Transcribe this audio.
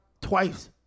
twice